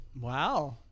wow